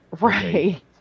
right